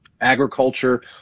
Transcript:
agriculture